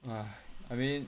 !wah! I mean